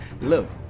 look